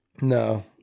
No